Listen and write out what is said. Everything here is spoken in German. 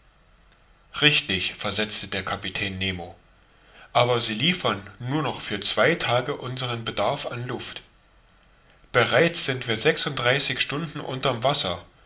richtig versetzte der kapitän nemo aber sie liefern nur noch für zwei tage unseren bedarf an luft bereits sind wir sechsunddreißig stunden unter'm wasser